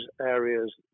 areas